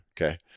Okay